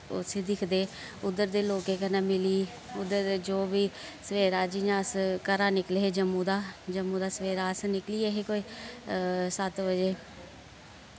उसी दिखदे उद्धर दे लोकें कन्नै मिली उद्धर दे जो बी सवेरै जि'यां अस घरा निकले हे जम्मू दा जम्मू दा सवेरै अस निकली गे हे कोई सत्त बजे